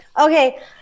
Okay